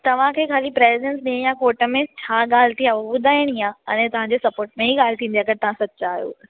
तव्हांखे ख़ाली प्रेजेंस ॾियणी आहे कोर्ट में छा ॻाल्हि थी आहे हू बुधाइणी आहे अने तव्हांजे सपोर्ट में ही ॻाल्हि थींदी अगरि तव्हां सचा आहियों त